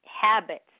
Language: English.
habits